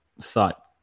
thought